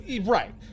Right